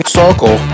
circle